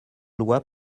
loi